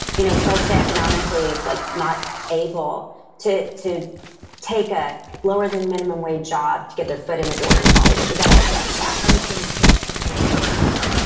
you know, socioeconomically like not able to to take a lower than minimum wage job to get their foot in the door in hollywood. we got to address that too and we still need to get some more perverts out.